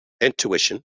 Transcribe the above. intuition